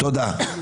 תודה.